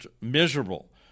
miserable